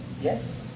Yes